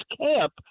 camp